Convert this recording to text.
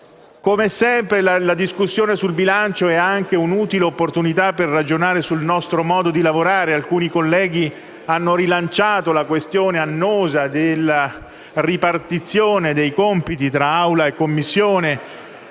Come sempre, la discussione sul bilancio è anche un'utile opportunità per ragionare sul nostro modo di lavorare. Alcuni colleghi hanno rilanciato la questione annosa della ripartizione dei compiti tra Assemblea e Commissioni,